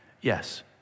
yes